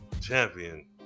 Champion